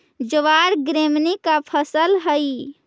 ज्वार ग्रैमीनी का फसल हई